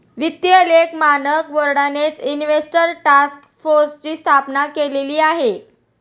वित्तीय लेख मानक बोर्डानेच इन्व्हेस्टर टास्क फोर्सची स्थापना केलेली आहे